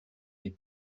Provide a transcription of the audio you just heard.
les